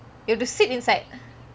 you have to sit inside